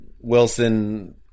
Wilson